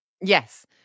Yes